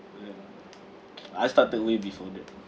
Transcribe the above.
ya I started way before that